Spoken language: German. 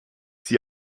sie